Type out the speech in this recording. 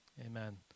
Amen